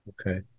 Okay